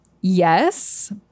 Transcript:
Yes